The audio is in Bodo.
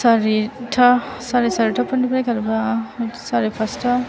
सारि था सारिथा फोरनिफ्राय खारबा सारि फासथा